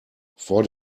vor